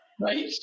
Right